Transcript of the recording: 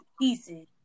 pieces